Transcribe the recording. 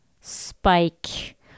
Spike